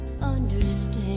understand